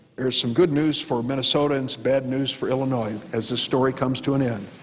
there is some good news for minnesotans, bad news for illinois as this story comes to an end.